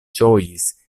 ĝojis